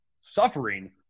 suffering